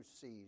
sees